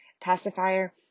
pacifier